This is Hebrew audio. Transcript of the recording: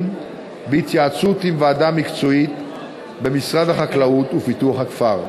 בהתייעצות עם ועדה מקצועית במשרד החקלאות ופיתוח הכפר.